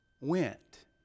went